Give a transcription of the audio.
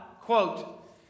quote